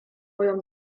moją